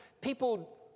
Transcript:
People